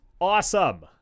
awesome